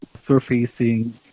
surfacing